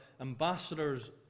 ambassadors